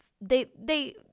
they—they